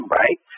right